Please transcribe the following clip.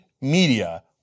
media